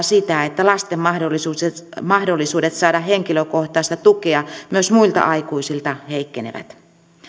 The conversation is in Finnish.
sitä että lasten mahdollisuudet mahdollisuudet saada henkilökohtaista tukea myös muilta aikuisilta heikkenevät